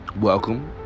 Welcome